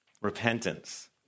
Repentance